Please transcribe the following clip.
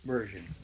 Version